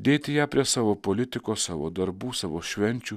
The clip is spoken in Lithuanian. dėti ją prie savo politikos savo darbų savo švenčių